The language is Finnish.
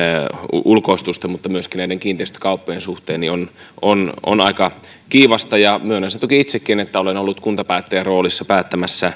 ulkoistusten mutta myöskin näiden kiinteistökauppojen suhteen on on aika kiivasta ja myönnän sen toki itsekin että olen ollut kuntapäättäjän roolissa päättämässä